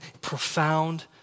profound